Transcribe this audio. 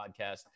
podcast